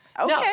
Okay